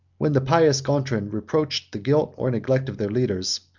when the pious gontran reproached the guilt or neglect of their leaders,